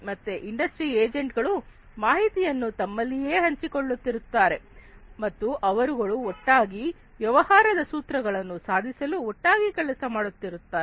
ಮತ್ತೆ ಇಂಡಸ್ಟ್ರಿ ಏಜೆಂಟುಗಳು ಮಾಹಿತಿಯನ್ನು ತಮ್ಮಲ್ಲಿಯೇ ಹಂಚಿಕೊಳ್ಳುತ್ತಿರುತ್ತಾರೆ ಮತ್ತು ಅವರುಗಳು ಒಟ್ಟಾಗಿ ವ್ಯವಹಾರದ ಸೂತ್ರಗಳನ್ನು ಸಾಧಿಸಲು ಒಟ್ಟಾಗಿ ಕೆಲಸ ಮಾಡುತ್ತಿರುತ್ತಾರೆ